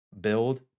build